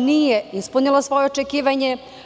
nije ispunila svoje očekivanje.